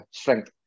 strength